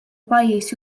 pajjiż